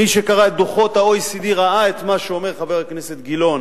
מי שקרא את דוחות ה-OECD ראה את מה שאומר חבר הכנסת גילאון